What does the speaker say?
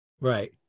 Right